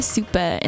Super